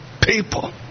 people